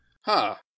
Ha